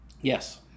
Yes